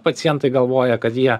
pacientai galvoja kad jie